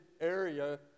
area